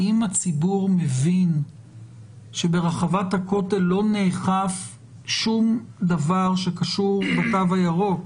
האם הציבור מבין שברחבת הכותל לא נאכף שום דבר שקשור בתו הירוק,